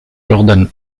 jordan